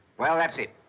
well, that's it.